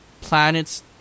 planets